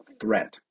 threat